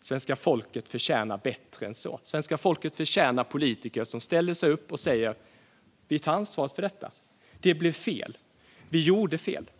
Svenska folket förtjänar bättre än så. Svenska folket förtjänar politiker som ställer sig upp, är ödmjuka och säger: Vi tar ansvar för detta. Det blev fel. Vi gjorde fel.